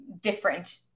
different